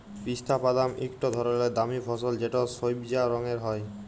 পিস্তা বাদাম ইকট ধরলের দামি ফসল যেট সইবজা রঙের হ্যয়